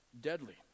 deadly